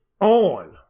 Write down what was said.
on